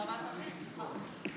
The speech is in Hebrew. רמת אביב, אתה תמשיך לדבר.